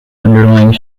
underlying